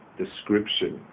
description